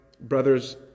brother's